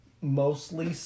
mostly